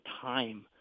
time